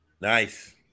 Nice